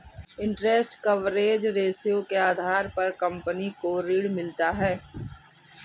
interest coverage ratio के आधार पर कंपनी को ऋण मिलता है